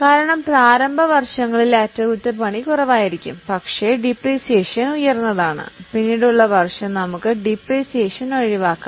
കാരണം പ്രാരംഭ വർഷങ്ങളിലെ അറ്റകുറ്റപ്പണി കുറവായിരിക്കും പക്ഷേ ഡിപ്രീസിയേഷൻ ഉയർന്നതാണ് പിന്നീടുള്ള വർഷം നമുക്ക് ഡിപ്രീസിയേഷൻ ഒഴിവാക്കാം